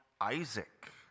Isaac